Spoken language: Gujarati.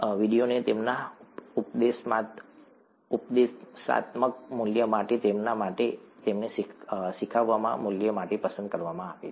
વિડિયોને તેમના ઉપદેશાત્મક મૂલ્ય માટે તેમના માટે તેમના શીખવવાના મૂલ્ય માટે પસંદ કરવામાં આવ્યા છે